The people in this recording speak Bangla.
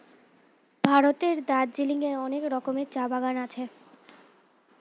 ভারতের দার্জিলিং এ অনেক রকমের চা বাগান আছে